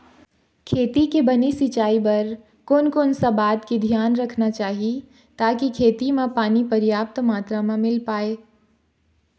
खेती के बने सिचाई बर कोन कौन सा बात के धियान रखना चाही ताकि खेती मा पानी पर्याप्त मात्रा मा मिल पाए?